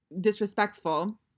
disrespectful